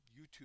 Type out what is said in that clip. YouTube